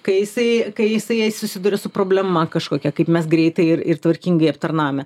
kai jisai kai jisai jei susiduri su problema kažkokia kaip mes greitai ir ir tvarkingai aptarnaujame